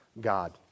God